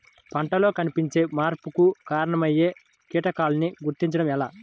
పంటలలో కనిపించే మార్పులకు కారణమయ్యే కీటకాన్ని గుర్తుంచటం ఎలా?